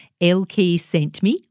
LKSENTME